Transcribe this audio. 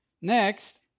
Next